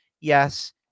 Yes